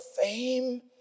fame